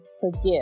forgive